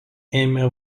ėmė